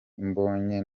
mbonye